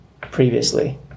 previously